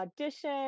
audition